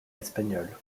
espagnol